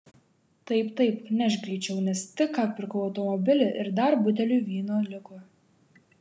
taip taip nešk greičiau nes tik ką pirkau automobilį ir dar buteliui vyno liko